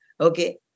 okay